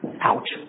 ouch